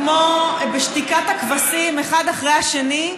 כמו בשתיקת הכבשים, אחד אחרי השני,